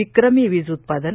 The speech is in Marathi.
विक्रमी विज उत्पादन